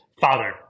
Father